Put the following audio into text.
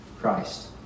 Christ